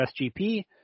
SGP